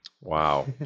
Wow